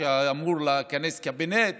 ואמור לכנס קבינט